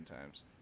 times